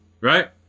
right